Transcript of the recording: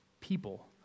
people